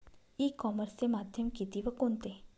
E कॉमर्सचे माध्यम किती व कोणते?